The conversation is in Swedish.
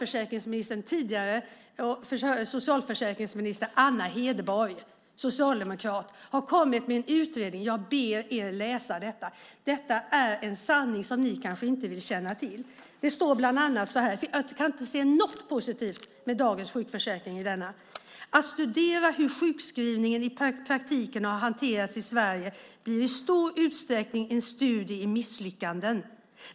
Den tidigare socialförsäkringsministern Anna Hedborg, socialdemokrat, har kommit med en utredning. Jag ber er läsa detta! Detta är en sanning som ni kanske inte vill känna till. Jag kan inte se något positivt med dagens sjukförsäkring i denna. Det står bland annat så här: Att studera hur sjukskrivningen i praktiken har hanterats i Sverige blir i stor utsträckning en studie i misslyckanden.